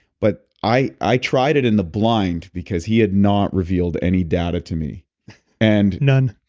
but i i tried it in the blind because he had not revealed any data to me and none.